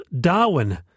Darwin